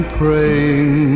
praying